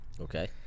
Okay